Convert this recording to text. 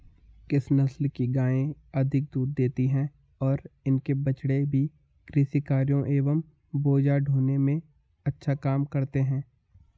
किस नस्ल की गायें अधिक दूध देती हैं और इनके बछड़े भी कृषि कार्यों एवं बोझा ढोने में अच्छा काम करते हैं?